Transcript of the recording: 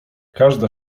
każda